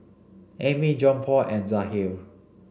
Ammie Johnpaul and Jahir